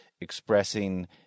expressing